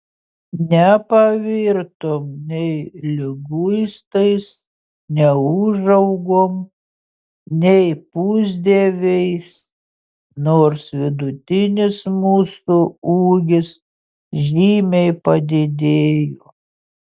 nepavirtom nei liguistais neūžaugom nei pusdieviais nors vidutinis mūsų ūgis žymiai padidėjo